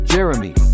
Jeremy